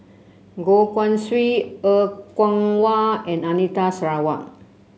Goh Guan Siew Er Kwong Wah and Anita Sarawak